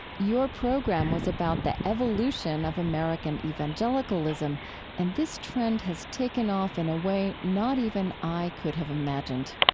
your program was about the evolution of american evangelicalism and this trend has taken off in a way not even i could have imagined.